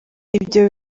ibyo